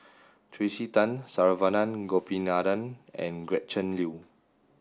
Tracey Tan Saravanan Gopinathan and Gretchen Liu